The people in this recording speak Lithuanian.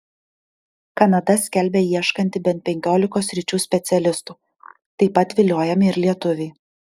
kanada skelbia ieškanti bent penkiolikos sričių specialistų taip pat viliojami ir lietuviai